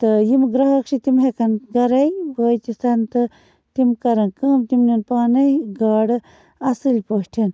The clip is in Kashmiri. تہٕ یِم گرٛاہک چھِ تِم ہٮ۪کن گَرَے وٲتِتھ تہٕ تِم کَرَن کٲم تِم نِنی پانَے گاڈٕ اَصٕل پٲٹھۍ